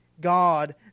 God